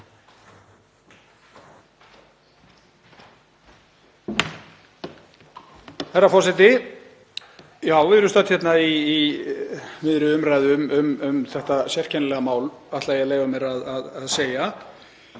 Herra forseti. Já, við erum stödd hérna í miðri umræðu um þetta sérkennilega mál, ætla ég að leyfa mér að segja.